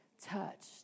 touched